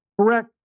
correct